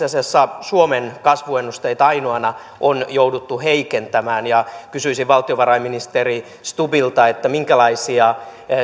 asiassa suomen kasvuennusteita ainoina on jouduttu heikentämään kysyisin valtiovarainministeri stubbilta minkälaisia